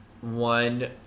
one